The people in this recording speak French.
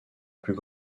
plus